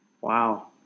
Wow